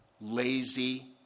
lazy